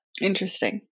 Interesting